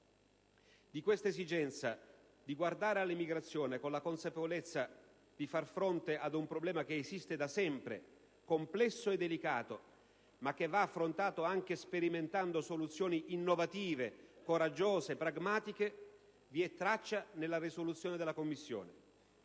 Di questa esigenza di guardare all'emigrazione con la consapevolezza di far fronte ad un problema complesso e delicato che esiste da sempre e di affrontarlo anche sperimentando soluzioni innovative, coraggiose e pragmatiche vi è traccia nella risoluzione della Commissione.